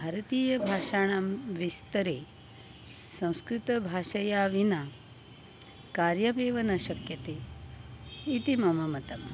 भारतीयानां भाषाणां विस्तरे संस्कृतभाषया विना कार्यमेव न शक्यते इति मम मतं